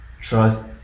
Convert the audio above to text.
trust